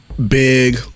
Big